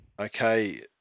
Okay